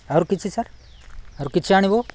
ଆହୁରି କିଛି ସାର୍ ଆଉ କିଛି ଆଣିବୁ